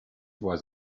was